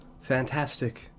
fantastic